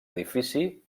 edifici